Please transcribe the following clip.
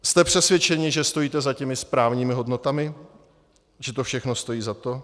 Jste přesvědčeni, že stojíte za těmi správnými hodnotami, že to všechno stojí za to?